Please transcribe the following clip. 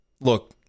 Look